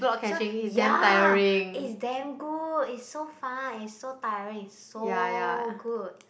so ya it's damn good it's so fun and so tiring and so good